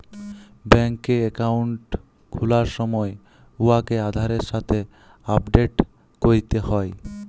ব্যাংকে একাউল্ট খুলার সময় উয়াকে আধারের সাথে আপডেট ক্যরতে হ্যয়